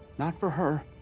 not for her,